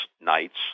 nights